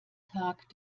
tag